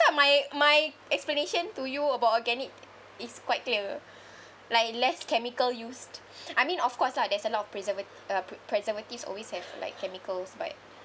I thought my my explanation to you about organic is quite clear like less chemical used I mean of course lah there's a lot of preserva~ uh preservatives always have like chemicals but